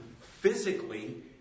physically